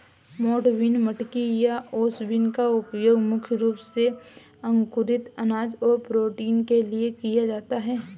मोठ बीन, मटकी या ओस बीन का उपयोग मुख्य रूप से अंकुरित अनाज और प्रोटीन के लिए किया जाता है